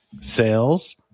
sales